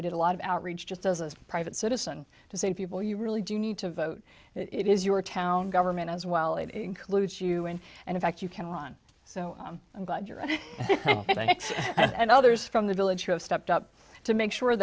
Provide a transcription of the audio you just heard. i did a lot of outreach just as a private citizen to say to people you really do need to vote it is your town government as well it includes you in and in fact you can run so i'm glad you're ok and others from the village have stepped up to make sure